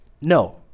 No